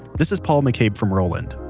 this is paul mccabe from roland.